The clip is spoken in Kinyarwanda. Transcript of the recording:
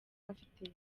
afite